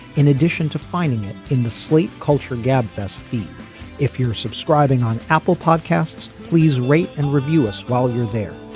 in addition to finding it in the slate culture gabfest feet if you're subscribing on apple podcasts please rate and review us while you're there.